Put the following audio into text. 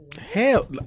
hell